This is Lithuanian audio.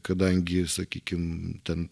kadangi sakykim ten